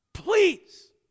Please